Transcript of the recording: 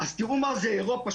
תראו מה זה אירופה.